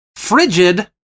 Frigid